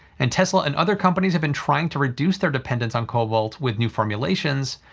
and tesla and other companies have been trying to reduce their dependence on cobalt with new formulations,